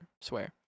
Swear